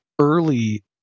early